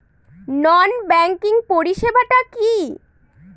নন banking পরিষেবা টা কি?